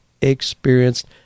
experienced